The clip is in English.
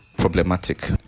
problematic